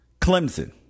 Clemson